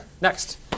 Next